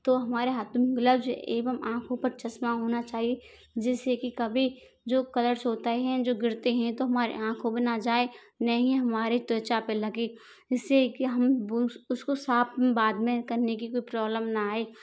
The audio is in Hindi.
तो हमारे हाथों में ग्लब्ज एवं आंखों पर चश्मा होना चाहिए जिससे कि कभी जो कलर्स होता हैं जो गिरते हैं तो हमारे आंखों में ना जाए ना ही हमारी त्वचा पे लगे इससे ये के हम बुर्श उसको साफ़ बाद में करने की कोई प्रॉब्लम ना आए